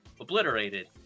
obliterated